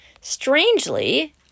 Strangely